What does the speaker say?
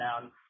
down